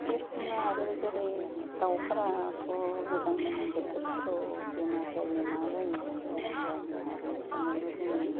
एखमबा आरो जेरै दावफोराथ' गोजां बोथोरफोराव बेमार जायो मा जायो होमबानिया आरो बेसोरनोबो जोङो